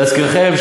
להזכירכם,